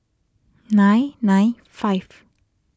nine nine five